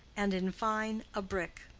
and, in fine, a brick.